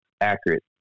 accurate